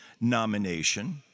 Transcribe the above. nomination